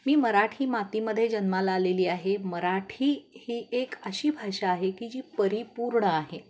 मी मराठी मातीमध्ये जन्माला आलेली आहे मराठी ही एक अशी भाषा आहे की जी परिपूर्ण आहे